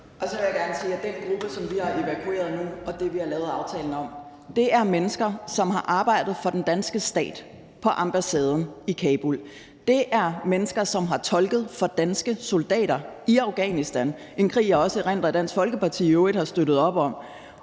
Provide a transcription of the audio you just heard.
Jeg vil gerne sige, at den gruppe, som vi har evakueret nu, og det, vi har lavet aftalen om, er mennesker, som har arbejdet for den danske stat på ambassaden i Kabul. Det er mennesker, som har tolket for danske soldater i Afghanistan, en krig, jeg også erindrer at Dansk Folkeparti i øvrigt har støttet op om.